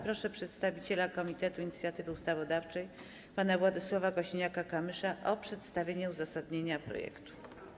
Proszę przedstawiciela Komitetu Inicjatywy Ustawodawczej pana Władysława Kosiniaka-Kamysza o przedstawienie uzasadnienia projektu.